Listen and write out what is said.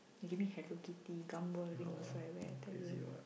you give me Hello-Kitty gum earring also I wear I tell you